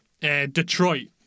Detroit